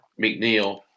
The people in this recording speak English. McNeil